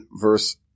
verse